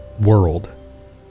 world